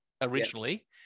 originally